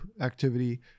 activity